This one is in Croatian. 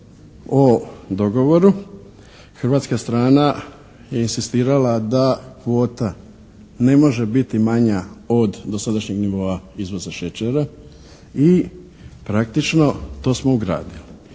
o dogovoru hrvatska strana je inzistirala da kvota ne može biti manja od dosadašnjeg nivoa izvoza šećera i praktično to smo ugradili.